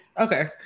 okay